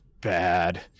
bad